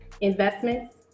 investments